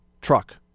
truck